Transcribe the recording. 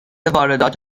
واردات